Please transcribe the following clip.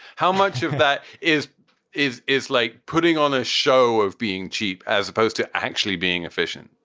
how much of that is is is like putting on a show of being cheap as opposed to actually being efficient?